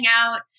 out